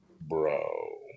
Bro